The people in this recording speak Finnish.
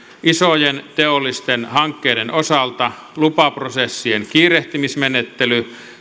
isojen teollisten hankkeiden osalta lupaprosessien kiirehtimismenettely